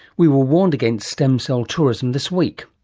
we were warned against stem cell tourism this week,